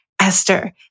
Esther